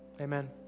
Amen